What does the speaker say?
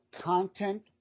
content